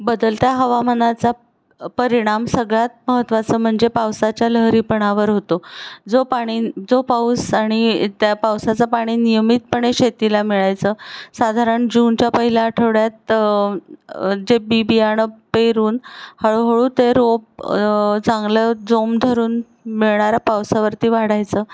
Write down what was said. बदलत्या हवामानाचा परिणाम सगळ्यात महत्त्वाचं म्हणजे पावसाच्या लहरीपणावर होतो जो पाणी जो पाऊस आणि त्या पावसाचं पाणी नियमितपणे शेतीला मिळायचं साधारण जूनच्या पहिल्या आठवड्यात जे बी बियाणं पेरून हळूहळू ते रोप चांगलं जोम धरून मिळणाऱ्या पावसावरती वाढायचं